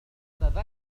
أتذكر